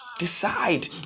Decide